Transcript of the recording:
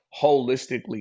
holistically